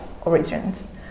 origins